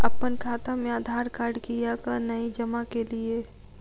अप्पन खाता मे आधारकार्ड कियाक नै जमा केलियै?